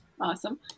Awesome